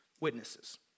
Witnesses